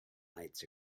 lights